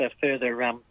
further